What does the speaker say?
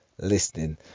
listening